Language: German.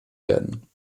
werden